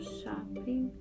shopping